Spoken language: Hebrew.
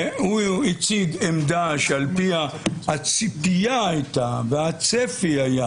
והוא הציג עמדה שעל פיה הציפייה הייתה וצפי היה